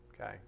okay